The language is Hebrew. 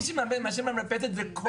בעוד מי שמעשן במרפסת זה כל יום.